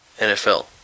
NFL